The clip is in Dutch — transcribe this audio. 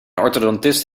orthodontist